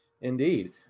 Indeed